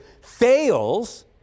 fails